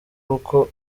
uko